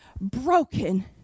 broken